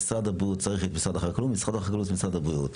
משרד הבריאות צריך את משרד החקלאות ומשרד החקלאות את משרד הבריאות.